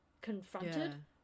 confronted